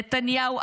נתניהו,